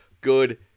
good